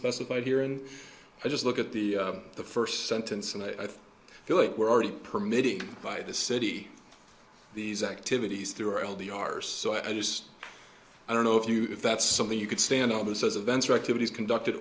specified here and i just look at the the first sentence and i feel like we're already permitting by the city these activities through all the r s so i just i don't know if you if that's something you could stand on those events or activities conducted